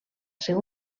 ser